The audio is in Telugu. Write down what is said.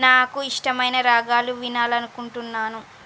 నాకు ఇష్టమైన రాగాలు వినాలనుకుంటున్నాను